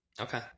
Okay